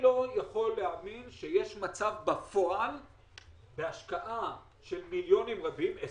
לא יכול להאמין שיש מצב שבהשקעה של מיליונים רבים כדי להגיע ל-49%,